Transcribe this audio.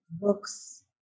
books